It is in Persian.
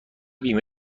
بیمه